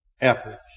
efforts